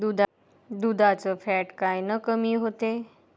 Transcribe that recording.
दुधाचं फॅट कायनं कमी होते?